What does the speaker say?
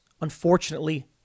unfortunately